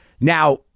Now